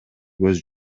көз